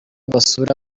basura